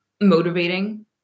motivating